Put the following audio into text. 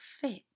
fit